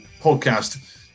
podcast